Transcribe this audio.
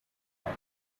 back